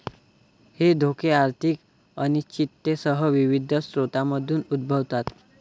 हे धोके आर्थिक अनिश्चिततेसह विविध स्रोतांमधून उद्भवतात